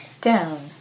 down